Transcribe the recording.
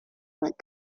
what